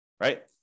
right